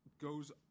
goes